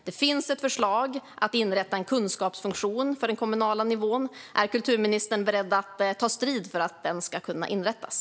Det finns ett förslag om att inrätta en kunskapsfunktion för den kommunala nivån - är kulturministern beredd att ta strid för att den ska kunna inrättas?